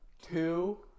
Two